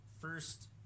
first